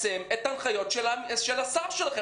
ואתם צריכים ליישם את ההנחיות של השר שלכם.